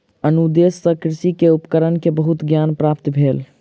अनुदेश सॅ कृषक के उपकरण के बहुत ज्ञान प्राप्त भेल